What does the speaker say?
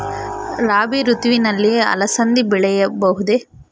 ರಾಭಿ ಋತುವಿನಲ್ಲಿ ಅಲಸಂದಿ ಬೆಳೆಯಬಹುದೆ?